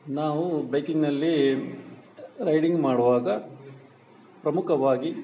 ನಾವು ಬೈಕಿಂಗ್ನಲ್ಲಿ ರೈಡಿಂಗ್ ಮಾಡುವಾಗ ಪ್ರಮುಖವಾಗಿ